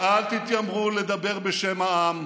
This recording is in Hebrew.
אל תתיימרו לדבר בשם העם.